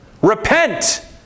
Repent